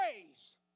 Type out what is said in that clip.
praise